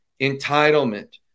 entitlement